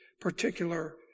particular